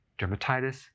dermatitis